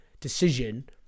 decision